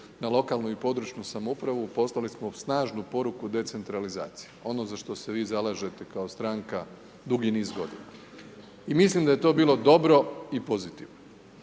na lokalnu i područnu samoupravu, poslali smo snažnu poruku decentralizacije, ono za što se vi zalažete kao stranka dugi niz godina. I mislim da je to bilo dobro i pozitivno.